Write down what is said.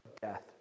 death